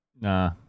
Nah